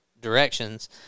directions